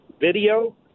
video